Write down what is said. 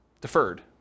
deferred